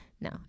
No